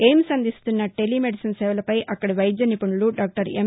AIIMS అందిస్తున్న telemedicine సేవలపై అక్కడి వైద్య నిపుణులు డాక్టర్ ఎం